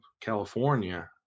California